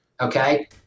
okay